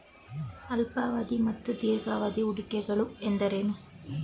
ಅಲ್ಪಾವಧಿ ಮತ್ತು ದೀರ್ಘಾವಧಿ ಹೂಡಿಕೆಗಳು ಎಂದರೇನು?